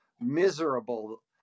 miserable